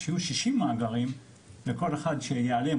כשיהיו 60 מאגרים וכל אחד שייעלם,